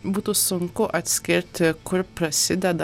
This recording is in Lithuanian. būtų sunku atskirti kur prasideda